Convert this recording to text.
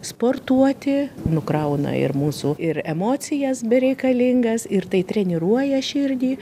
sportuoti nukrauna ir mūsų ir emocijas bereikalingas ir tai treniruoja širdį